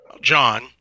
John